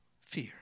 fear